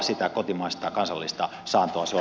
sitä kotimaista kansallista saantoa